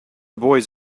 boys